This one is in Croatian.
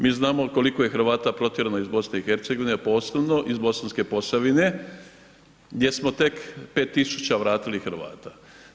Mi znamo koliko je Hrvata protjerano iz BiH, a posebno iz Bosanske Posavine gdje smo tek 5.000 vratili Hrvata.